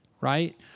right